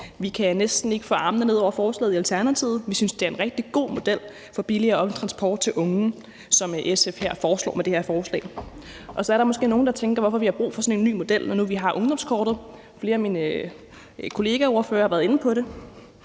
Vi kan næsten ikke få armene ned over forslaget i Alternativet. Vi synes, det er en rigtig god model for billigere offentlig transport til unge, som SF foreslår med det her forslag. Så er der måske nogle, der tænker: Hvorfor har vi brug for sådan en ny model, når nu vi har ungdomskortet? Flere af mine ordførerkollegaer har været inde på det.